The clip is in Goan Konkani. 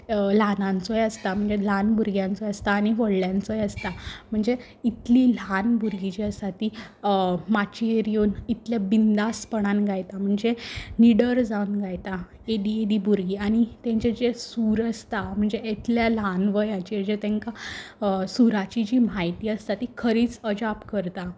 ल्हानांचोय आसता म्हणजे ल्हान भुरग्यांचोय आसता आनी व्हडल्यांचोय आसता म्हणजे इतलीं ल्हान भुरगीं जीं आसा तीं माचयेर येवन इतले बिनधास्तपणान गायता म्हणजे निडर जावन गायता एदी एदी भुरगीं आनी तेंचे जे सूर आसता म्हणजे इतल्या ल्हान वयाचेर जे तेंकां सुराची जी म्हायती आसता ती खरीच अजाप करता